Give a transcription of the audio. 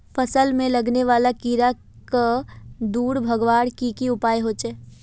फसल में लगने वाले कीड़ा क दूर भगवार की की उपाय होचे?